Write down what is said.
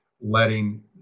letting